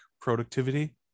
productivity